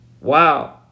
Wow